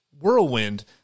whirlwind